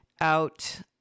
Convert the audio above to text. out